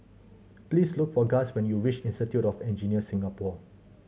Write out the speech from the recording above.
please look for Guss when you reach Institute of Engineers Singapore